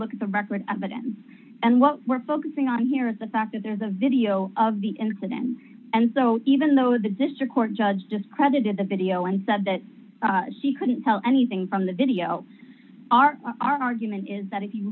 look at the record button and what we're focusing on here is the fact that there's a video of the incident and so even though the district court judge just credited the video and said that she couldn't tell anything from the video our argument is that if you